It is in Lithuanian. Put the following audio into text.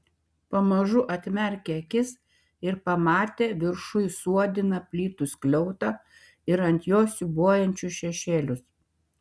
pamažu atmerkė akis ir pamatė viršuj suodiną plytų skliautą ir ant jo siūbuojančius šešėlius